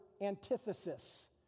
antithesis